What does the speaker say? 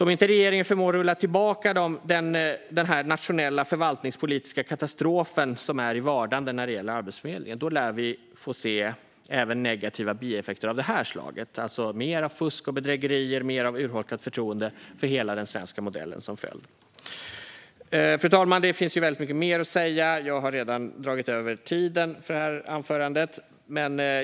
Om inte regeringen förmår att rulla tillbaka den nationella förvaltningspolitiska katastrof som är i vardande för Arbetsförmedlingen lär vi även få se negativa bieffekter av det slaget, det vill säga mer av fusk och bedrägerier och mer av urholkat förtroende för hela den svenska modellen. Fru talman! Det finns mycket mer att säga, men jag har redan dragit över min talartid för anförandet.